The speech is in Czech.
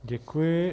Děkuji.